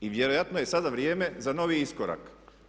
I vjerojatno je sada vrijeme za novi iskorak.